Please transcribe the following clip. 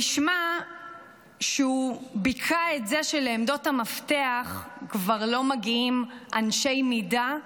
נשמע שהוא ביכה את זה שלעמדות המפתח כבר לא מגיעים אנשי מידה,